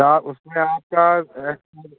क्या उसमें आपका